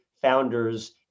founders